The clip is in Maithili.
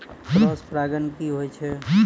क्रॉस परागण की होय छै?